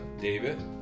David